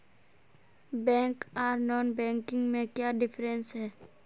Bank आर non banking में क्याँ डिफरेंस है?